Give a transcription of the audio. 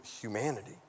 humanity